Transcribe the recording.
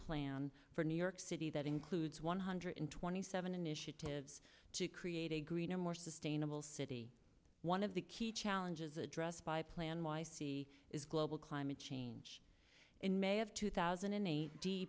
plan for new york city that includes one hundred twenty seven initiatives to create a greener more sustainable city one of the key challenges addressed by plan y c is global climate change in may of two thousand and eight d